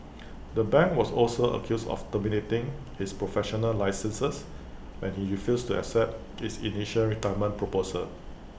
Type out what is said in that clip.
the bank was also accused of terminating his professional licenses when he refused to accept its initial retirement proposal